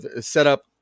setup